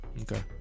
Okay